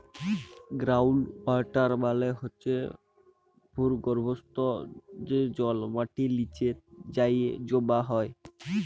ground water মালে হছে ভূগর্ভস্থ যে জল মাটির লিচে যাঁয়ে জমা হয়